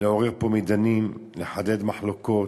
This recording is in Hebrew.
לעורר פה מדנים, לחדד מחלוקות.